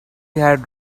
had